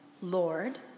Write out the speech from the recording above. Lord